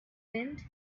wind